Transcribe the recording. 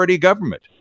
Government